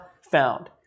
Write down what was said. found